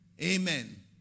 Amen